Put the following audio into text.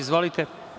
Izvolite.